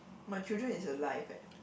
my children is a life eh